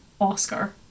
Oscar